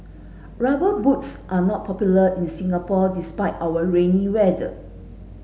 rubber boots are not popular in Singapore despite our rainy weather